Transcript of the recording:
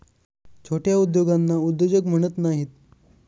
छोट्या उद्योगांना उद्योजक म्हणत नाहीत